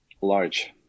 large